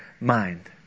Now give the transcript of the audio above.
mind